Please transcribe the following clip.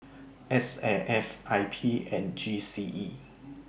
S A F I P and G C E